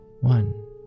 one